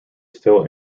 still